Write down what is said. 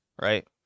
right